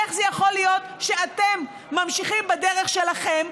איך זה יכול להיות שאתם ממשיכים בדרך שלכם?